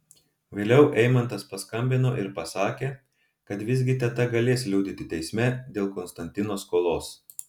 vėliau eimantas perskambino ir pasakė kad visgi teta galės liudyti teisme dėl konstantino skolos